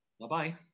Bye-bye